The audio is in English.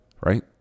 right